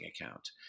account